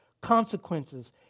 consequences